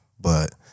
but-